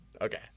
Okay